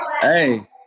Hey